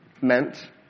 meant